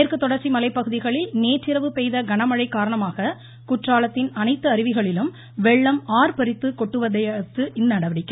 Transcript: மேற்கு தொடர்ச்சி மலை பகுதிகளில் நேற்றிரவு பெய்த கனமழை காரணமாக குற்றாலத்தின் அனைத்து அருவிகளிலும் வெள்ளம் ஆர்ப்பரித்து கொட்டுவதையடுத்து இந்நடவடிக்கை